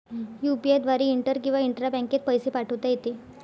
UPI द्वारे inter किंवा intra बँकेत पैसे पाठवता येते